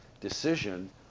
decision